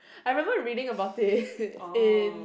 I remember reading about it in